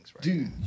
Dude